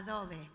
Adobe